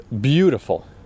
beautiful